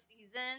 season